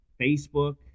facebook